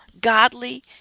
godly